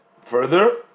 further